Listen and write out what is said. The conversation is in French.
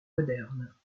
modernes